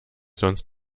sonst